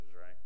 right